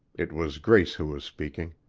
it was grace who was speaking.